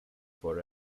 for